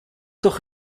doch